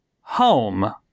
home